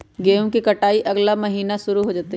गेहूं के कटाई अगला महीना शुरू हो जयतय